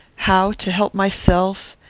how to help myself,